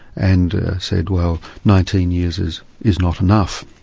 and said, well nineteen years is is not enough.